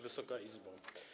Wysoka Izbo!